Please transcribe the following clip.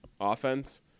offense